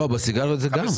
לא, בסיגריות זה גם.